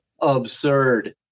absurd